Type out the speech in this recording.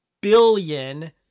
billion